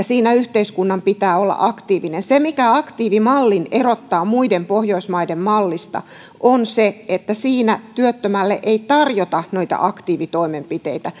siinä yhteiskunnan pitää olla aktiivinen se mikä aktiivimallin erottaa muiden pohjoismaiden malleista on se että siinä työttömälle ei tarjota noita aktiivitoimenpiteitä